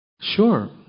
Sure